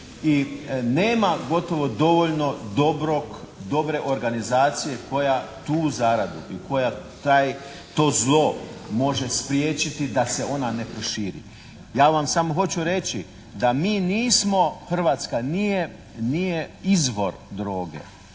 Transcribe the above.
i nema gotovo dovoljno dobre organizacije koja tu zaradu i koja to zlo može spriječiti da se ona ne proširi. Ja vam samo hoću reći da mi nismo, Hrvatska nije izvor droge,